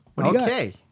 Okay